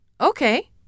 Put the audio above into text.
Okay